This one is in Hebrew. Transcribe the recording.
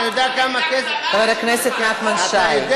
חבר הכנסת נחמן שי, אתה יודע